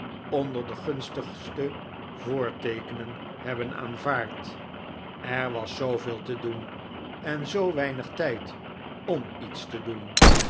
onder de gunstigste voorteekenen hebben aanvaard er was zooveel te doen en zoo weinig tijd om iets te doen